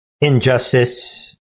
injustice